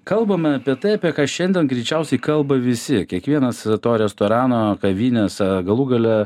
kalbame apie tai apie ką šiandien greičiausiai kalba visi kiekvienas to restorano kavinės galų gale